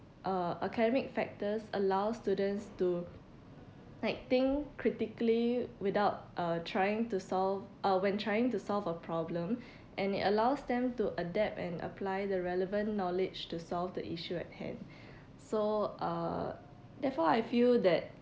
uh academic factors allow students to like think critically without uh trying to solve uh when trying to solve a problem and it allows them to adapt and apply the relevant knowledge to solve the issue at hand so uh therefore I feel that